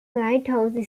lighthouse